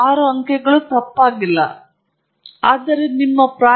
ಈಗ ಉದಾಹರಣೆಗೆ ಇದು ಎರಡು ಥೀಟಾ ಸ್ಥಾನವನ್ನು ಹೊಂದಿದ್ದರೂ ನೀವು ನಿಜವಾಗಿ 19